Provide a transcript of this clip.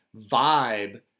vibe